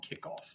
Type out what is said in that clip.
kickoff